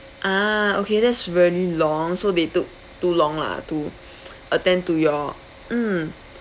ah okay that's really long so they took too long lah to attend to your mm